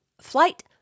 flight